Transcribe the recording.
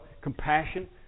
compassion